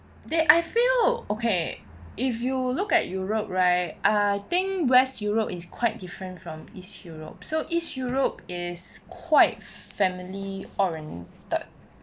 that I feel okay if you look at europe right I think west europe is quite different from east europe so east europe is quite family oriented